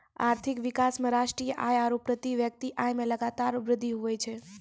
आर्थिक विकास मे राष्ट्रीय आय आरू प्रति व्यक्ति आय मे लगातार वृद्धि हुवै छै